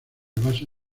basa